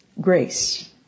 Grace